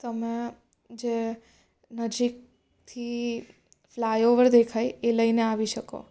તમે જે નજીકથી ફલાય ઓવર દેખાય એ લઈને આવી શકો